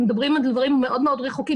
מדברים על דברים מאוד רחוקים.